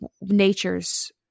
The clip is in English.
nature's